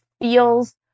feels